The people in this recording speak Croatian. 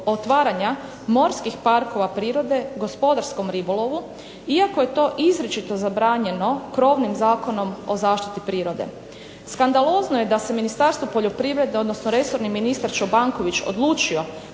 otvaranja morskih parkova prirode gospodarskom ribolovu iako je to izričito zabranjeno krovnim Zakonom o zaštiti prirode. Skandalozno je da se Ministarstvo poljoprivrede odnosno resorni ministar Čobanković odlučio